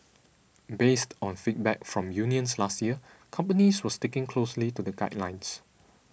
based on feedback from unions last year companies were sticking closely to the guidelines